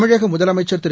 தமிழகமுதலமைச்சர் திரு